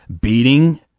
beating